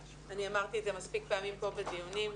אמרתי את זה מספיק פעמים כאן בדיונים.